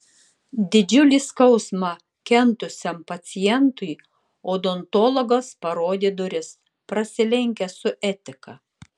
didžiulį skausmą kentusiam pacientui odontologas parodė duris prasilenkia su etika